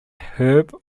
herb